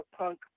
punk